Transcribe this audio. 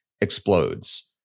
explodes